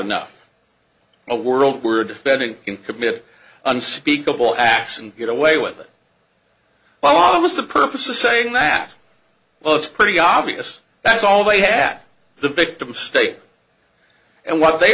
enough a world where defendant can commit unspeakable acts and get away with it by almost the purpose of saying that well it's pretty obvious that's all they had the victim state and what they